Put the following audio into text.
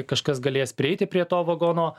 kažkas galės prieiti prie to vagono